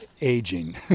aging